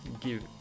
give